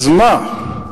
אז מה?